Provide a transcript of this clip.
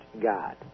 God